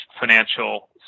financial